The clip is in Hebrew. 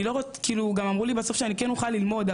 אני כאילו גם אמרו לי בסוף שאני כן אוכל ללמוד,